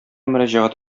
мөрәҗәгать